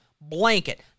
blanket